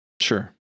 sure